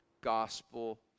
gospel